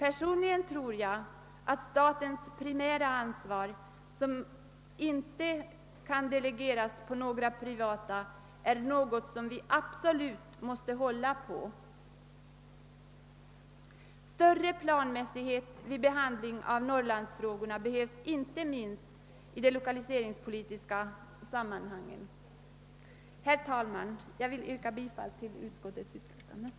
Personligen tror jag inte att statens primära ansvar kan delegeras till den privata sektorn utan är något som vi absolut måste hålla på. Det behövs en större planmässighet vid behandlingen av norrlandsfrågorna, inte minst i de 1okaliseringspolitiska sammanhangen. Herr talman! Jag ber få yrka bifall till utskottets hemställan.